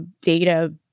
data